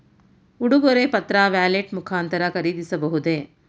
ಉಡುಗೊರೆ ಪತ್ರ ವ್ಯಾಲೆಟ್ ಮುಖಾಂತರ ಖರೀದಿಸಬಹುದೇ?